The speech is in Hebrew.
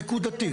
נקודתית.